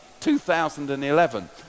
2011